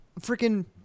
freaking